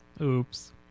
oops